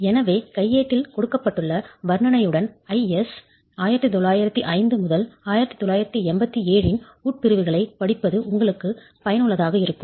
எனவே கையேட்டில் கொடுக்கப்பட்டுள்ள வர்ணனையுடன் IS 1905 1987 இன் உட்பிரிவுகளைப் படிப்பது உங்களுக்கு பயனுள்ளதாக இருக்கும்